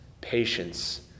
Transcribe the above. patience